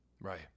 Right